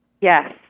Yes